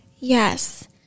Yes